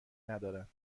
ندارند